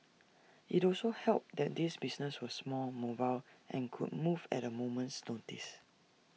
IT also helped that these businesses were small mobile and could move at A moment's notice